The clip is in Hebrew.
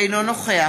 אינו נוכח